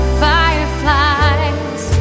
fireflies